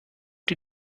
die